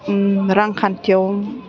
रांखान्थियाव